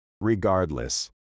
Regardless